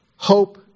Hope